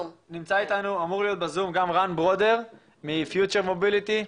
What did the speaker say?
אמור להיות בזום גם רן ברודר מ-Future Mobility,